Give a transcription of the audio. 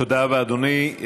תודה רבה, אדוני.